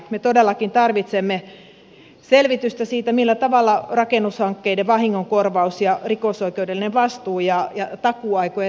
me todellakin tarvitsemme selvitystä rakennushankkeiden vahingonkorvaus ja rikosoikeudellisesta vastuusta ja takuuaikojen riittävyydestä